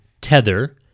Tether